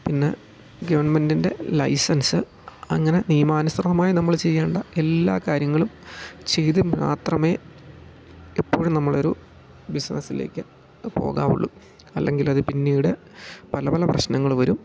പിന്നെ ഗെവൺമെന്റിൻ്റെ ലൈസൻസ് അങ്ങനെ നിയമാനസൃതമായി നമ്മൾ ചെയ്യേണ്ട എല്ലാ കാര്യങ്ങളും ചെയ്ത് മാത്രമേ എപ്പോഴും നമ്മളൊരു ബിസിനസിലേക്ക് പോകാവൊള്ളൂ അല്ലെങ്കിൽ അത് പിന്നീട് പല പല പ്രശ്നങ്ങൾ വരും